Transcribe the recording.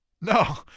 No